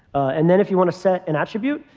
and then if you want to set an attribute,